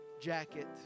jacket